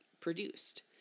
produced